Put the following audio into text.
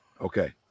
Okay